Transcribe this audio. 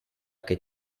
che